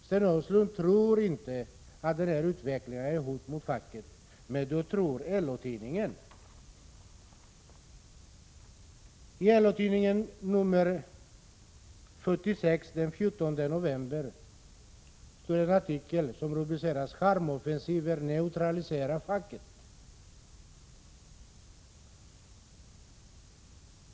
Sten Östlund tror inte att den här utvecklingen är ett hot mot facket, men det tror LO-tidningen. I LO-tidningen nummer 46, den 14 november, står en artikel som rubriceras ”Charmoffensiven neutraliserar facket”.